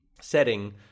setting